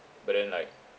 but then like